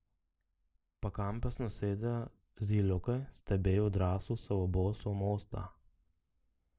pakampes nusėdę zyliukai stebėjo drąsų savo boso mostą